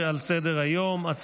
31 בעד, אין מתנגדים ואין נמנעים.